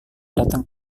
datang